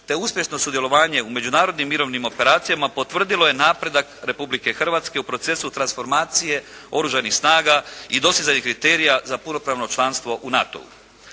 te uspješno sudjelovanje u međunarodnim mirovnim operacijama potvrdilo je napredak Republike Hrvatske u procesu transformacije oružanih snaga i dosezanje kriterija za punopravno članstvo u NATO-u.